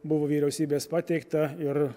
buvo vyriausybės pateikta ir